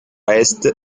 est